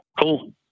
Cool